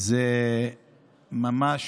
זה ממש,